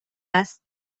است